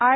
I